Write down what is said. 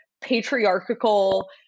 patriarchal